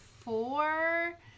four